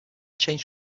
changed